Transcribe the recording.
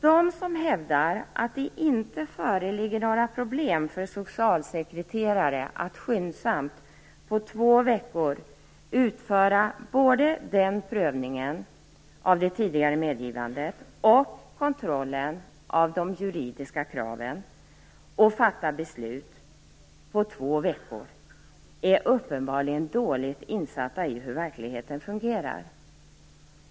De som hävdar att det inte innebär några problem för socialsekreterare att skyndsamt, på två veckor, utföra såväl prövningen av det tidigare medgivandet som kontrollen av de juridiska kraven samt fatta beslut, är uppenbarligen dåligt insatta i hur det fungerar i verkligheten.